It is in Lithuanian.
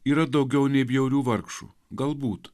yra daugiau nei bjaurių vargšų galbūt